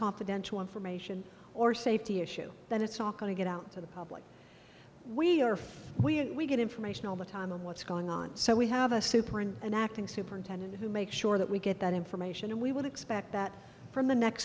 confidential information or safety issue that it's all going to get out to the public we are we get information all the time of what's going on so we have a super and an acting superintendent who make sure that we get that information and we would expect that from the ne